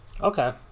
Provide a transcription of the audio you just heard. Okay